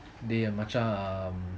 டேய் மச்சான்:dei machan